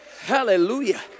Hallelujah